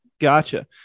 Gotcha